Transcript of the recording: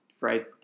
right